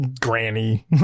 granny